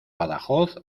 badajoz